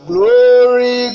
Glory